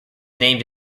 named